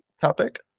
topic